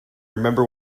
remember